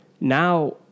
Now